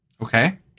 Okay